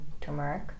turmeric